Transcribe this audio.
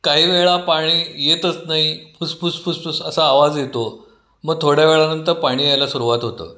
काही वेळा पाणी येतच नाही फुसफुस फुसफुस असा आवाज येतो मग थोड्या वेळानंतर पाणी यायला सुरुवात होते